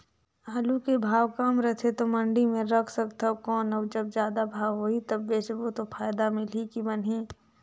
आलू के भाव कम रथे तो मंडी मे रख सकथव कौन अउ जब जादा भाव होही तब बेचबो तो फायदा मिलही की बनही?